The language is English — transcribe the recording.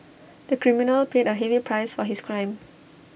the criminal paid A heavy price for his crime